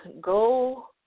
go